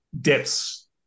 depths